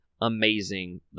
amazing